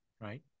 right